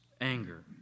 anger